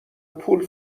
پول